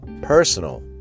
personal